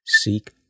Seek